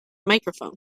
microphone